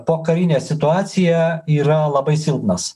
pokarinę situaciją yra labai silpnas